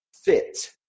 fit